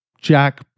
Jack